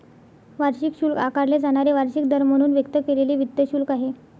वार्षिक शुल्क आकारले जाणारे वार्षिक दर म्हणून व्यक्त केलेले वित्त शुल्क आहे